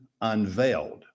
Unveiled